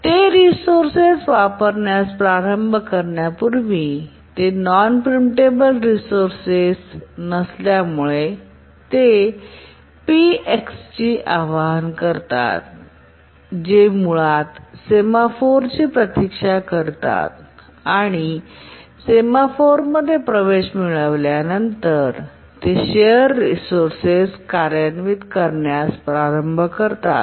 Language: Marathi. ते रिसोर्सेस वापरण्यास प्रारंभ करण्यापूर्वी ते नॉन प्रिमटेबल रिसोर्सेस नसल्यामुळे ते Pची आवाहन करतात जे मुळात सेमॅफोरची प्रतीक्षा करतात आणि सेमॉफोरमध्ये प्रवेश मिळविल्यानंतर ते शेअर रिसोर्सेस कार्यान्वित करण्यास प्रारंभ करतात